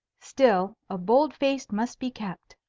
still, a bold face must be kept.